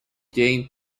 jane